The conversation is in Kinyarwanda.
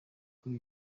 kuri